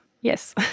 yes